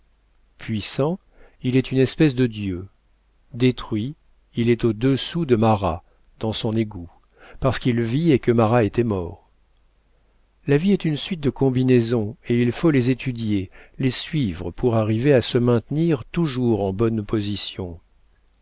puissant il est une espèce de dieu détruit il est au-dessous de marat dans son égout parce qu'il vit et que marat était mort la vie est une suite de combinaisons et il faut les étudier les suivre pour arriver à se maintenir toujours en bonne position